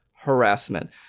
harassment